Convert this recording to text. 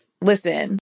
Listen